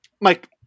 Mike